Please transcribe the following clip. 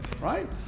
right